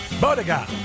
Bodega